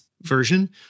version